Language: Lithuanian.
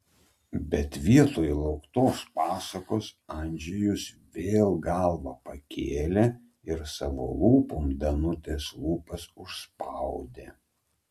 bet vietoj lauktos pasakos andžejus vėl galvą pakėlė ir savo lūpom danutės lūpas užspaudė